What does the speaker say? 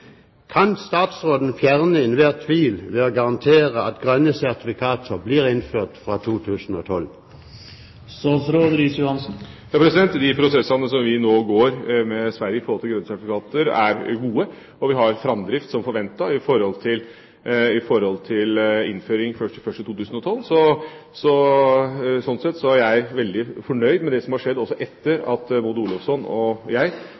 Kan statsråden fjerne enhver tvil ved å garantere at grønne sertifikater blir innført fra 2012? De prosessene som vi nå går med Sverige i forhold til grønne sertifikater, er gode, og vi har framdrift som forventet i forhold til innføring 1. januar 2012. Slik sett er jeg veldig fornøyd med det som har skjedd etter at Maud Olofsson og jeg